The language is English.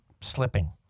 slipping